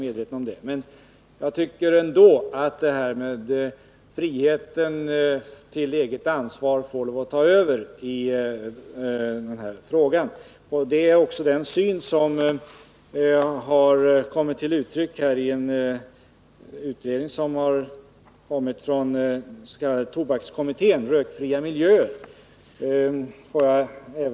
Men jag tycker ändå att friheten att ta eget ansvar skall få ta över. Det är också den syn som kommit till uttryck i en utredning som har gjorts av tobakskommittén och som heter Rökfria miljöer.